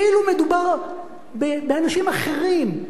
כאילו מדובר באנשים אחרים,